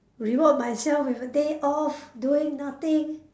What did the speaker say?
reward myself with a day off doing nothing